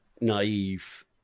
naive